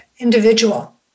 individual